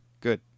good